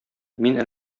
мин